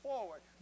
forward